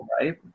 right